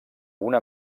una